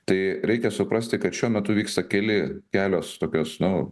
tai reikia suprasti kad šiuo metu vyksta keli kelios tokios nu